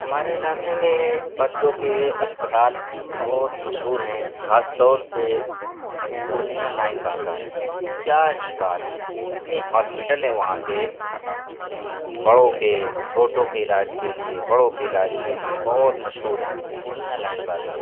ہمارے علاقے میں بچوں کے اسپتال بہت مشہور ہیں خاص طور سے پورنیہ لائن بازار کیا ہی بات ہے اتنے ہاسپیٹل ہیں وہاں پہ کہ بڑوں کے چھوٹوں کے علاج کے لیے بڑوں کے علاج کے لیے بہت مشہور ہے پورنیہ لائن بازار